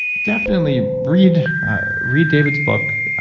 definitely read read david's book,